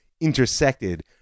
intersected